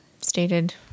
Stated